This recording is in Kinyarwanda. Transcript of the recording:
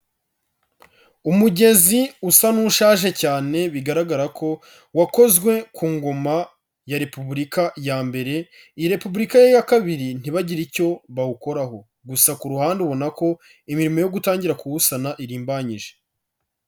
Umugezi usa n'ushaje cyane bigaragara ko wakozwe ku ngoma ya Repubulika ya mbere, iyi Repubulika ye ya kabiri ntibagire icyo bawukoraho gusa ku ruhande ubona ko imirimo yo gutangira kuwusana irimbanyije.